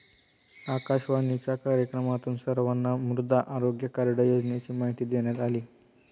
आकाशवाणीच्या कार्यक्रमातून सर्वांना मृदा आरोग्य कार्ड योजनेची माहिती देण्यात आली